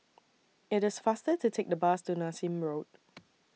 IT IS faster to Take The Bus to Nassim Road